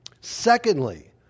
secondly